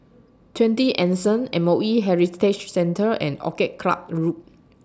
twenty Anson M O E Heritage Centre and Orchid Club Road